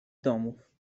domów